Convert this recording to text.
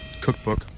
cookbook